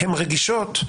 הם רגישות,